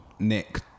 Nick